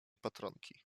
patronki